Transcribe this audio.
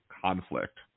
conflict